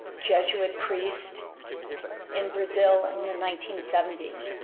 jesuit priest in brazil in the nineteen seventy s,